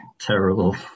terrible